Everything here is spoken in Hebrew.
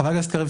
חבר הכנסת קריב,